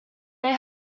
they